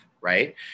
right